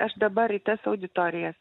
aš dabar į tas auditorijas